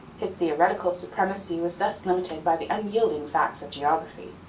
his theoretical supremacy was thus limited by the unyielding facts of geography.